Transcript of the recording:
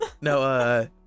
No